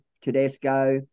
Tedesco